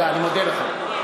לך.